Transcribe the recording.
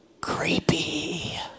creepy